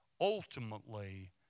ultimately